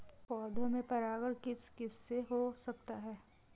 पौधों में परागण किस किससे हो सकता है?